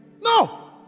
no